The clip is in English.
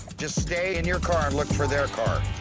just stay in your car and look for their car.